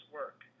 work